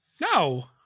No